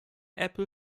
apple